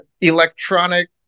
electronic